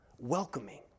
Welcoming